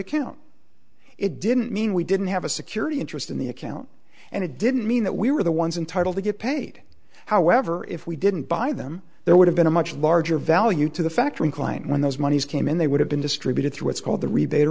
account it didn't mean we didn't have a security interest in the account and it didn't mean that we were the ones entitle to get paid however if we didn't buy them there would have been a much larger value to the factoring client when those monies came in they would have been distributed through what's called the rebate or